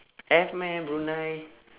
have meh brunei